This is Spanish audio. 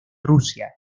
rusia